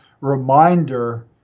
reminder